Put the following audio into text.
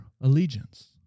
allegiance